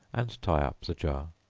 and tie up the jar.